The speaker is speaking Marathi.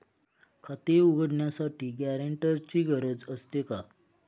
खाते उघडण्यासाठी गॅरेंटरची गरज असते का?